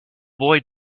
boy